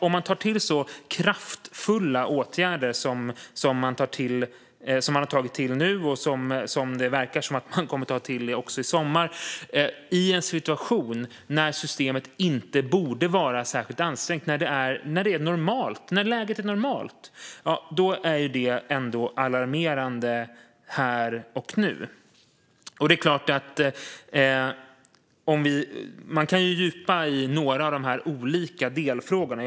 Om man tar till så kraftfulla åtgärder som man nu har tagit till, och som det verkar som att man kommer att ta till även i sommar, i en situation när systemet inte borde vara särskilt ansträngt och när läget är normalt är det självklart alarmerande här och nu. Man kan "djupa" i några av de olika delfrågorna.